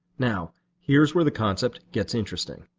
now here's where the concept gets interesting.